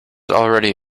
already